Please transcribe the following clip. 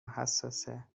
حساسه